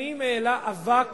שנים העלה אבק